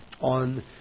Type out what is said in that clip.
on